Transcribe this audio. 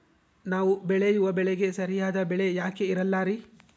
ನಾವು ಬೆಳೆಯುವ ಬೆಳೆಗೆ ಸರಿಯಾದ ಬೆಲೆ ಯಾಕೆ ಇರಲ್ಲಾರಿ?